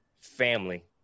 family